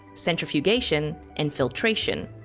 centrifugation and filtration,